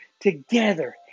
together